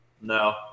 No